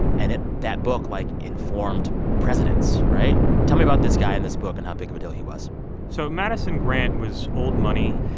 and that book, like, informed presidents, right? tell me about this guy and this book and how big of a deal he was so madison grant was old money.